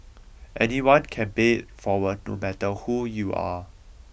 anyone can pay it forward no matter who you are